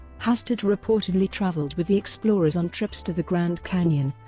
hastert reportedly traveled with the explorers on trips to the grand canyon,